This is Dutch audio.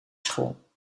school